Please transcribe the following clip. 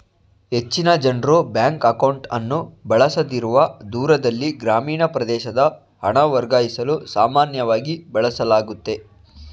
ಹೆಚ್ಚಿನ ಜನ್ರು ಬ್ಯಾಂಕ್ ಅಕೌಂಟ್ಅನ್ನು ಬಳಸದಿರುವ ದೂರದಲ್ಲಿ ಗ್ರಾಮೀಣ ಪ್ರದೇಶದ ಹಣ ವರ್ಗಾಯಿಸಲು ಸಾಮಾನ್ಯವಾಗಿ ಬಳಸಲಾಗುತ್ತೆ